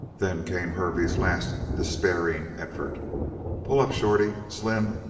then came hervey's last, despairing effort pull up! shorty! slim!